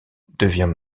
devient